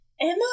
Emma